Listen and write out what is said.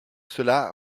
cela